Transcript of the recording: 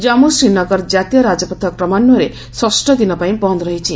jump Srinagar ଜାତୀୟ ରାଜପଥ କ୍ରମାନ୍ୱୟରେ ଷଷ୍ଠ ଦିନ ପାଇଁ ବନ୍ଦ ରହିଛି